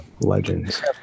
Legends